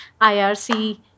IRC